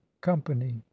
company